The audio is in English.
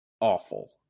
awful